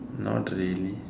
not really